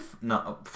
No